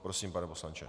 Prosím, pane poslanče.